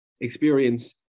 experience